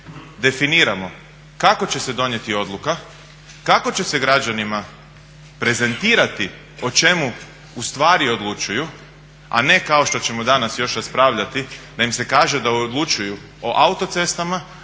definiramo kako će se donijeti odluka, kako će se građanima prezentirati o čemu ustvari odlučuju, a ne kao što ćemo danas još raspravljati da im se kaže da odlučuju o autocestama,